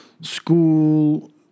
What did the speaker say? school